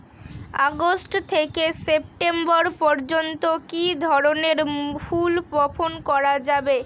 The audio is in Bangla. আগস্ট থেকে সেপ্টেম্বর পর্যন্ত কি ধরনের ফুল বপন করা যায়?